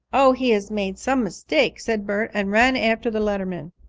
oh, he has made some mistake, said bert and ran after the letter man.